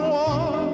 one